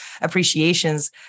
appreciations